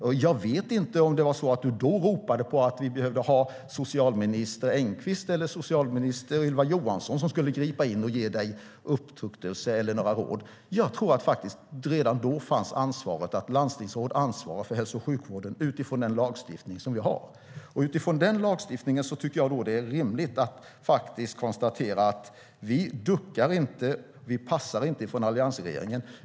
Och jag vet inte om du då ropade på att vi behövde ha socialminister Engqvist eller socialminister Ylva Johansson som skulle gripa in och ge dig upptuktelse eller några råd. Jag tror att det redan då var så att landstingsråd ansvarar för hälso och sjukvården utifrån den lagstiftning som vi har. Utifrån denna lagstiftning tycker jag att det är rimligt att konstatera att vi inte duckar och inte passar från alliansregeringen.